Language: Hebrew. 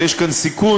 אבל יש כאן סיכון.